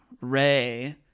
Ray